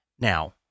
now